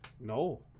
No